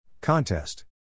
Contest